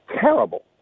terrible